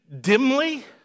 dimly